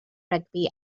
rygbi